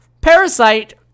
Parasite